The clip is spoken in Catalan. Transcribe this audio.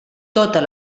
totes